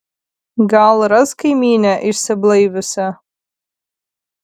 gal ras kaimynę išsiblaiviusią